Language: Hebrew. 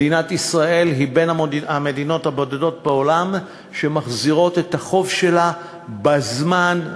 מדינת ישראל היא בין המדינות הבודדות בעולם שמחזירות את החוב שלהן בזמן,